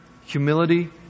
humility